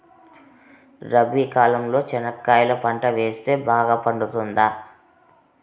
రబి కాలంలో చెనక్కాయలు పంట వేస్తే బాగా పండుతుందా?